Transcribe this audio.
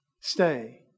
Stay